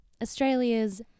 Australia's